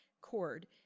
cord